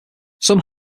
some